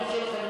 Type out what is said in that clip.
אני מרשה לך,